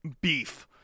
beef